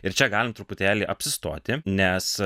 ir čia galim truputėlį apsistoti nes